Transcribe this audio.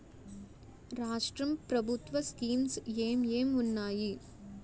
రాష్ట్రం ప్రభుత్వ స్కీమ్స్ ఎం ఎం ఉన్నాయి?